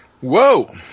Whoa